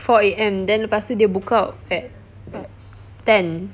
four A_M then lepas tu dia book out at ten